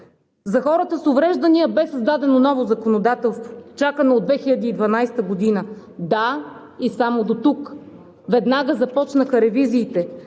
За хората с увреждания бе създадено ново законодателство, чакано от 2012 г., да, но само дотук. Веднага започнаха ревизиите,